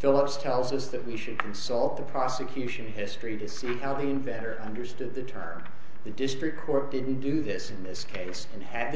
philips tells us that we should consult the prosecution history to see how the inventor understood the term the district court didn't do this in this case and have the